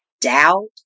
doubt